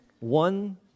One